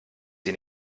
sie